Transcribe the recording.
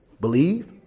Believe